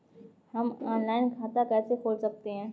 हम ऑनलाइन खाता कैसे खोल सकते हैं?